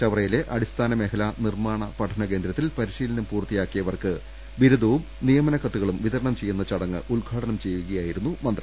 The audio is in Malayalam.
ചവറയിലെ അടിസ്ഥാന മേഖലാ നിർമ്മാണ പഠന കേന്ദ്രത്തിൽ പരിശീലനം പൂർത്തിയായവർക്ക് ബിരുദവും നിയമന കത്തുകളും വിതരണം ചെയ്യുന്ന ചടങ്ങ് ഉദ്ഘാടനം ചെയ്യുകയായിരുന്നു മന്ത്രി